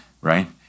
right